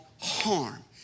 harm